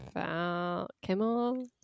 kimmel